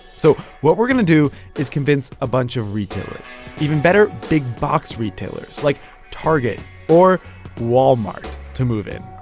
so what we're going to do is convince a bunch of retailers even better, big-box retailers like target or walmart to move in.